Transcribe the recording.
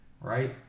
Right